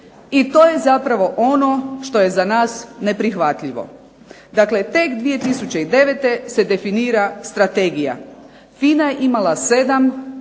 i to je ono što je za nas neprihvatljivo. Dakle, tek 2009. godine se definira strategija, FINA je imala 7,